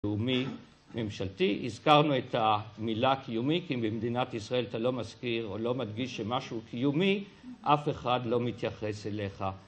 לאומי ממשלתי, הזכרנו את המילה קיומי כי במדינת ישראל אתה לא מזכיר או לא מדגיש שמשהו קיומי אף אחד לא מתייחס אליך